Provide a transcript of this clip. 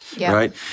right